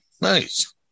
Nice